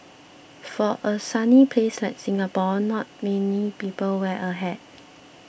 for a sunny place like Singapore not many people wear a hat